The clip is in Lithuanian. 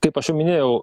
kaip aš jau minėjau